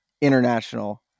International